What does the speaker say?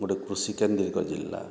ଗୋଟେ କୃଷି କେନ୍ଦ୍ରିକ ଜିଲ୍ଲା